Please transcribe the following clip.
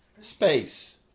space